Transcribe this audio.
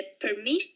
permission